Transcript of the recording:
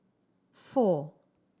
four